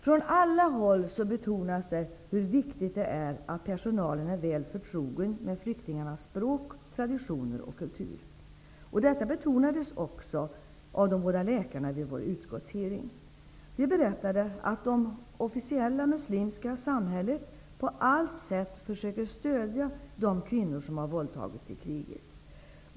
Från alla håll betonas hur viktigt det är att personalen är väl förtrogen med flyktingarnas språk, traditioner och kultur. Detta betonades också av de båda läkarna vid vår utskottshearing. De berättade att det officiella muslimska samhället på allt sätt försöker stödja de kvinnor som har våldtagits i kriget.